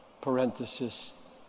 parenthesis